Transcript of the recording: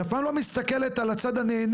היא אף פעם לא מסתכלת על הצד הנהנה,